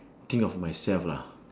think of myself lah